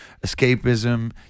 escapism